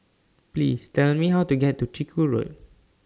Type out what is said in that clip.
Please Tell Me How to get to Chiku Road